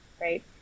right